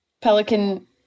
Pelican